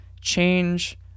change